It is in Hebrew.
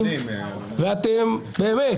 באמת,